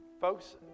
Folks